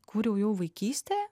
kūriau jau vaikystėje